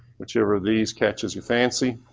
whichever of these catches your fancy.